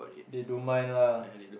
they don't mind lah